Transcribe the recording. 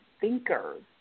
thinkers